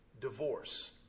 divorce